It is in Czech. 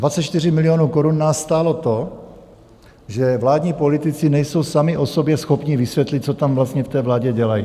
Dvacet čtyři milionů korun nás stálo to, že vládní politici nejsou sami o sobě schopni vysvětlit, co tam vlastně v té vládě dělají.